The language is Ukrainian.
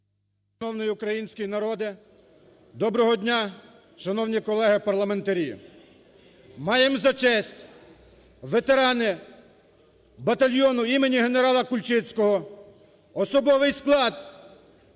доброго дня, шановні колеги парламентарі! Маємо за честь ветерани батальйону імені генерала Кульчицького, особовий склад